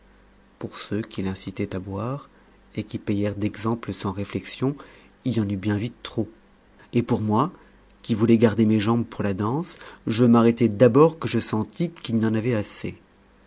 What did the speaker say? pour ceux qui l'incitaient à boire et qui payèrent d'exemple sans réflexion il y en eut bien vite trop et pour moi qui voulais garder mes jambes pour la danse je m'arrêtai d'abord que je sentis qu'il y en avait assez